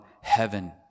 heaven